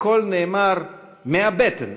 הכול נאמר מהבטן.